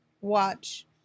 watch